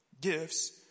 gifts